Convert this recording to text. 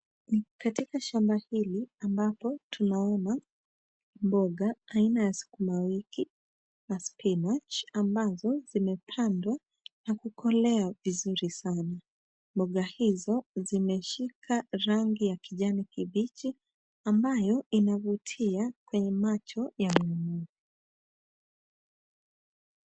Katika shamba hili ambapo tunaona mboga aina ya ukuma wiki na [cs ] spinach [cs ] ambazo zimepandwa na kukolea vizuri sana. Bonga hizo zimeshika rangi ya kijani kibichi ambayo inavutia kwenye macho ya mnunuzi.